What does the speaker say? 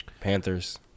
Panthers